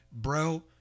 Bro